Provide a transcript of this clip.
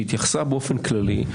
שהתייחסה באופן כללי,